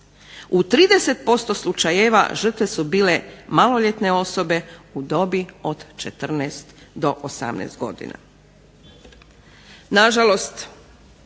U 30% slučajeva žrtve su bile maloljetne osobe u dobi od 14 do 18 godina.